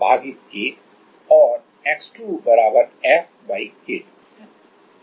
तो x1 FK1 और x2 FK2